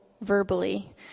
verbally